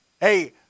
Hey